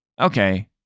Okay